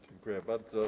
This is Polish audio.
Dziękuję bardzo.